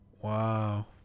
Wow